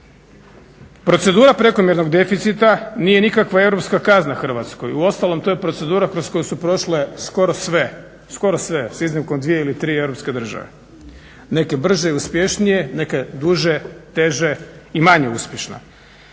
Procedura prekomjernog deficita nije nikakva europska kazna Hrvatskoj, uostalom to je procedura kroz koju su prošle skoro sve, s iznimkom dvije ili tri europske države, neke brže i uspješnije, neke duže, teže i manje uspješno.